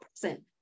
present